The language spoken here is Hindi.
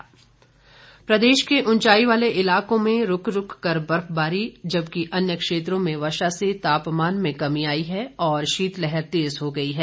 मौसम प्रदेश के उंचाई वाले इलाकों में रूक रूक कर बर्फबारी जबकि अन्य क्षेत्रों में वर्षा से तापमान में कमी आई है और शीतलहर तेज हो गई है